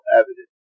evidence